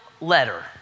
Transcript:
Letter